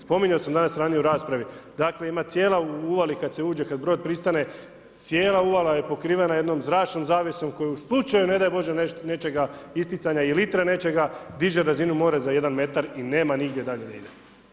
Spominjao sam danas ranije u raspravi dakle, ima cijela u uvali kad se uđe, kad brod pristane, cijela uvala je pokrivena jednom zračnom zavjesom koju u slučaju, ne daj Bože nečega isticanja i litre nečega, diže razinu mora za jedan metar i nema nigdje dalje da ide.